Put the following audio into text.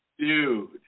dude